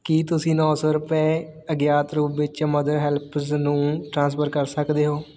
ਕੀ ਤੁਸੀਂਂ ਨੌਂ ਸੌ ਰੁਪਏ ਅਗਿਆਤ ਰੂਪ ਵਿੱਚ ਮਦਰ ਹੈਲਪਜ ਨੂੰ ਟ੍ਰਾਂਸਫਰ ਕਰ ਸਕਦੇ ਹੋ